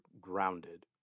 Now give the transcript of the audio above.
grounded